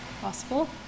possible